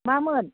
मामोन